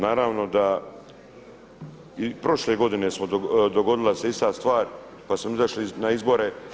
Naravno da i prošle godine dogodila se ista stvar, pa smo izašli na izbore.